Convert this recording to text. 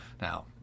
now